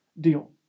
deal